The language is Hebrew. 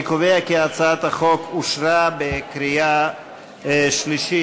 אני קובע כי הצעת החוק אושרה בקריאה שלישית.